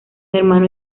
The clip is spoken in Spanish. hermano